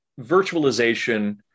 virtualization